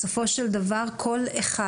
בסופו של דבר כל אחד,